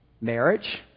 marriage